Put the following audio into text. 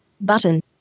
Button